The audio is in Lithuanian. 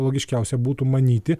logiškiausia būtų manyti